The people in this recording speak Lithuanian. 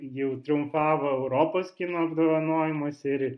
jau triumfavo europos kino apdovanojimuose ir